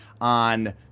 on